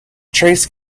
trace